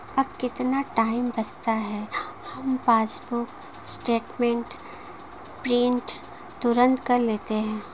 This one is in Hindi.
अब कितना टाइम बचता है, हम पासबुक स्टेटमेंट प्रिंट तुरंत कर लेते हैं